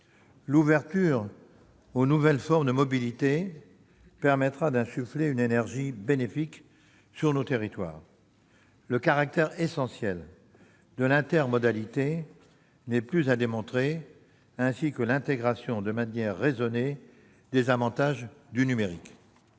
L'ouverture aux nouvelles formes de mobilité permettra d'insuffler une énergie bénéfique à nos territoires. Le caractère essentiel de l'intermodalité n'est plus à démontrer ; j'en dirai autant de l'intégration raisonnée des avantages du numérique